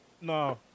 No